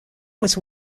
was